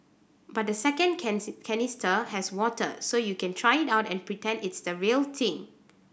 but the second canister has water so you can try it out and pretend it's the real thing